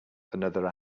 another